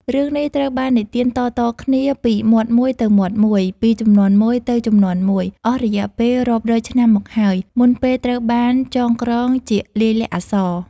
រឿងនេះត្រូវបាននិទានតៗគ្នាពីមាត់មួយទៅមាត់មួយ ពីជំនាន់មួយទៅជំនាន់មួយ អស់រយៈពេលរាប់រយឆ្នាំមកហើយ មុនពេលត្រូវបានចងក្រងជាលាយលក្ខណ៍អក្សរ។